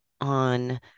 on